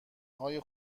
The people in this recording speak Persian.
های